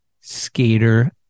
Skater